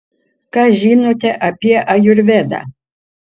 ką žinote apie ajurvedą